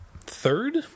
third